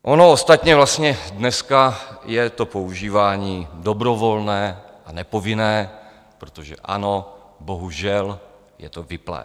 Ono ostatně vlastně dneska je to používání dobrovolné a nepovinné, protože ano, bohužel, je to vypnuté.